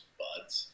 buds